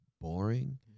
boring